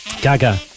Gaga